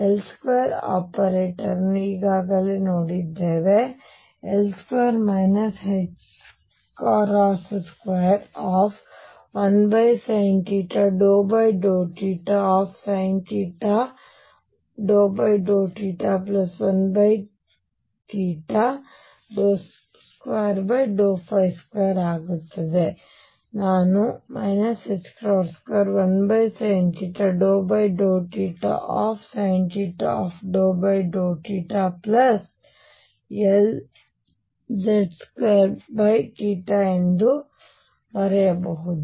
ಈಗ ನಾವು L2 operator ಅನ್ನು ಈಗಾಗಲೇ ನೋಡಿದ್ದೇವೆ L2 21sinθ∂θsinθ∂θ 1 22 ಆಗುತ್ತದೆ ನಾನು 21sinθ∂θsinθ∂θ Lz2 ಎಂದು ಬರೆಯಬಹುದು